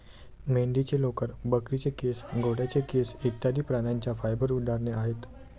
मेंढीचे लोकर, बकरीचे केस, घोड्याचे केस इत्यादि प्राण्यांच्या फाइबर उदाहरणे आहेत